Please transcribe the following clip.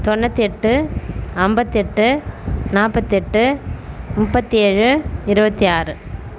தொண்ணூற்றி எட்டு ஐம்பத்தி எட்டு நாற்பத்தெட்டு முப்பத்தி ஏழு இருபத்தி ஆறு